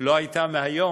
לא מהיום,